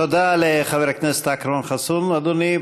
תודה לחבר הכנסת אכרם חסון, אדוני.